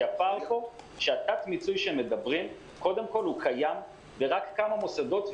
כי הפער פה בתת-מיצוי עליו הם מדברים קודם כול קיים רק בכמה מוסדות,